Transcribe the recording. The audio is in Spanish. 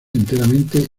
enteramente